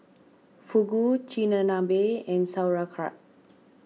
Fugu Chigenabe and Sauerkraut